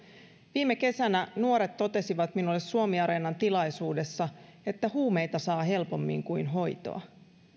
viime kesänä nuoret totesivat minulle suomiareenan tilaisuudessa että huumeita saa helpommin kuin hoitoa